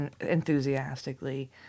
enthusiastically